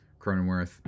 Cronenworth